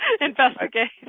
investigate